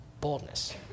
boldness